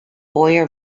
boyer